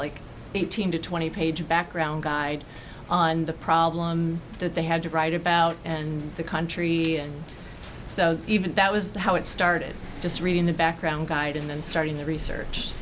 like eighteen to twenty page background guide on the problem that they had to write about and the country so even that was the how it started just reading the background guide and then starting the research